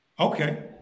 Okay